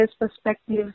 perspective